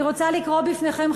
אני רוצה לקרוא בפניכם,